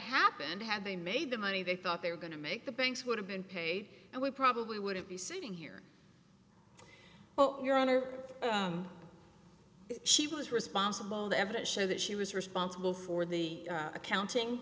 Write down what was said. happened had they made the money they thought they were going to make the banks would have been paid and we probably wouldn't be sitting here well your honor she was responsible the evidence show that she was responsible for the accounting